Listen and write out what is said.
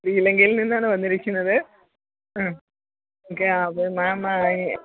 ശ്രീലങ്കയിൽ നിന്നാണ് വന്നിരിക്കുന്നത് ആ ഒക്കെ അത് മേം അയി